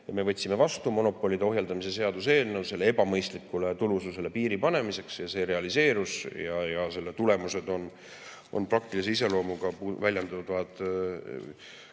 me võtsime vastu monopolide ohjeldamise seaduse sellele ebamõistlikule tulususele piiri panemiseks. Ja see realiseerus ja selle tulemused on praktilise iseloomuga, väljenduvad